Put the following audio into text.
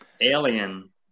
alien